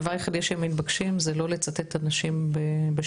הדבר היחידי שהם מתבקשים זה לא לצטט אנשים בשמם,